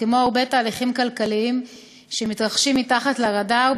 וכמו הרבה תהליכים כלכליים שמתרחשים מתחת לרדאר,